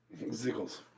Ziggles